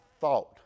thought